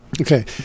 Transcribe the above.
Okay